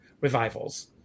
revivals